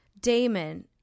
Damon